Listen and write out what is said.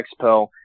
Expo